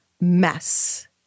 mess